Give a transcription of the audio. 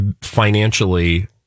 financially